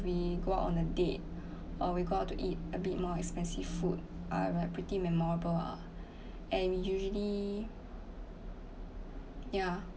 we go out on a date or we go out to eat a bit more expensive food are like pretty memorable ah and we usually ya